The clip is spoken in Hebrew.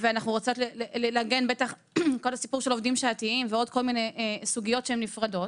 ואנחנו רוצות להגן על עובדים שעתיים ועוד כל מיני סוגיות נפרדות,